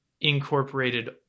incorporated